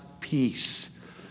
peace